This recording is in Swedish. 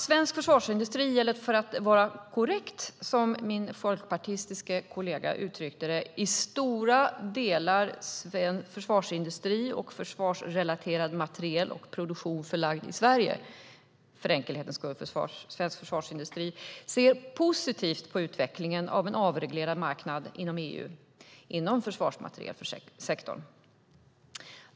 Svensk försvarsindustri eller, för att vara korrekt, som min folkpartistiske kollega uttryckte det, försvarsindustri och försvarsrelaterad materielproduktion förlagd i Sverige, ser positivt på utvecklingen av en avreglerad marknad i EU inom försvarsmaterielsektorn.